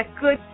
good